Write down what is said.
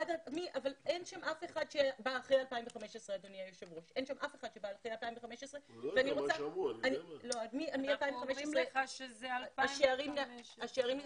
אין שם אף אחד שבא אחרי 2015. מ-2015 השערים נסגרו.